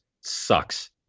sucks